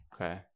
Okay